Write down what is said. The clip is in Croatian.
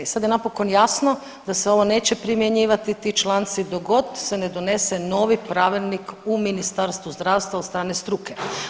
Sad je napokon jasno da se ovo neće primjenjivati ti članci dok god se ne donese novi pravilnik u Ministarstvu zdravstva od strane struke.